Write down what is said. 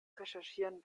recherchieren